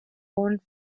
own